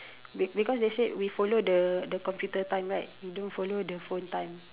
because they say we follow the the computer time right we don't follow the phone time